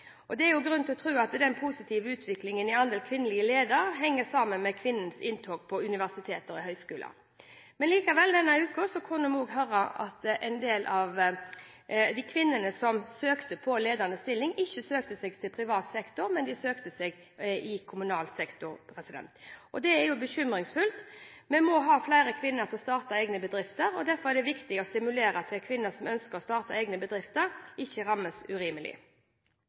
Og det er jo grunn til å tro at den positive utviklingen i andel kvinnelige ledere henger sammen med kvinners inntog på universiteter og høyskoler. Likevel kunne vi denne uken høre at en del av de kvinnene som søkte på ledende stillinger, ikke søkte seg til privat sektor, men til kommunal sektor. Det er jo bekymringsfullt. Vi må ha flere kvinner til å starte egne bedrifter, og derfor er det viktig å stimulere til at kvinner som ønsker å starte egne bedrifter, ikke rammes urimelig.